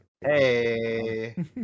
Hey